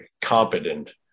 competent